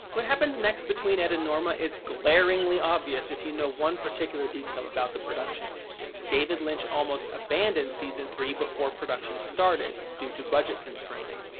what happens next between ed and norma is glaringly obvious if you know one particular detail about the production david lynch almost abandoned season three before production started due to budget constraints.